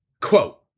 Quote